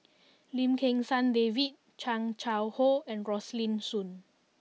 Lim Kim San David Chan Chang How and Rosaline Soon